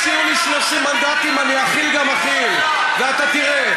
כשיהיו לי 30 מנדטים אני אחיל גם אחיל, ואתה תראה.